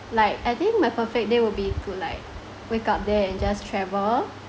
like I think my perfect day would be to like wake up there and just travel